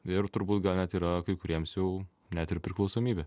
ir turbūt gal net yra kai kuriems jau net ir priklausomybė